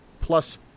plus